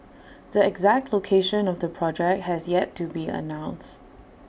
the exact location of the project has yet to be announced